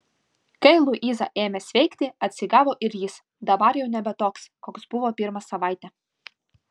kai luiza ėmė sveikti atsigavo ir jis dabar jau nebe toks koks buvo pirmą savaitę